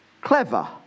clever